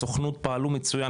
הסוכנות פעלו מצוין.